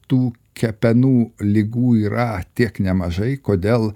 tų kepenų ligų yra tiek nemažai kodėl